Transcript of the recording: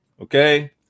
okay